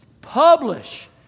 Publish